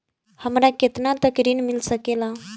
हमरा केतना तक ऋण मिल सके ला?